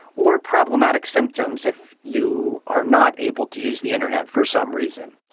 or problematic symptoms if you are not able to use the internet for some reason.